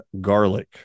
garlic